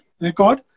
record